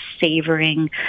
savoring